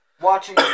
watching